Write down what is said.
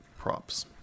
props